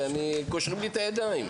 קושרים לי את הידיים.